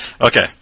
Okay